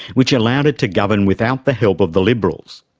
which allowed it to govern without the help of the liberals.